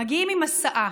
מגיעים עם הסעה,